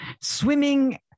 swimming